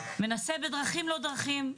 מנסה בדרכים לא דרכים.